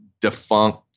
defunct